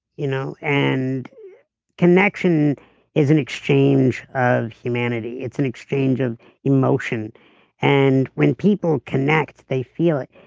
you know and connection is an exchange of humanity, it's an exchange of emotion and when people connect they feel it.